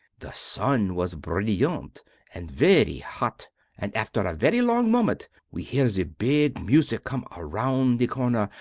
the sun was brilliant and very hot and after a very long moment, we hear the big music come around the corner,